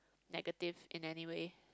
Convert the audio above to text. negative in anyway